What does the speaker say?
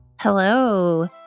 Hello